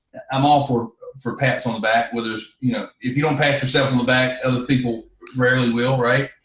i'm all for for pat's on the back, whether there's, you know, if you don't pat yourself on the back other people rarely will right?